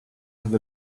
have